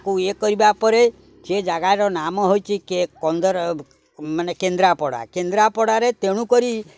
କୁ ଇଏ କରିବା ପରେ ସେ ଜାଗାର ନାମ ହେଉଛି ମାନେ କେନ୍ଦ୍ରାପଡ଼ା କେନ୍ଦ୍ରାପଡ଼ାରେ ତେଣୁ କରି